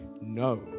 no